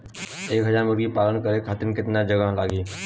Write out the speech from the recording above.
एक हज़ार मुर्गी पालन करे खातिर केतना जगह लागी?